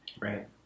Right